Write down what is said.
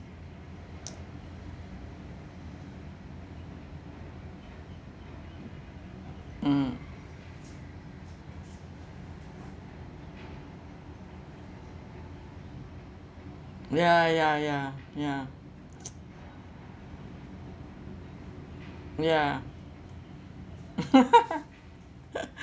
mm ya ya ya ya ya